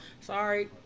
Sorry